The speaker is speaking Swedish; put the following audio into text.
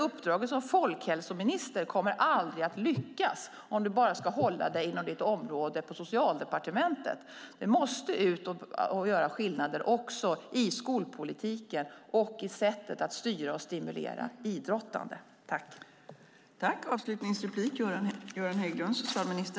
Uppdraget som folkhälsominister kommer aldrig att lyckas om du håller dig inom ditt område på Socialdepartementet. Man måste ut och göra skillnad också i skolpolitiken och i sättet att styra och stimulera idrottande.